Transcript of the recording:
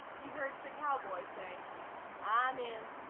he heard the cowboy say i'm in,